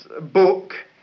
book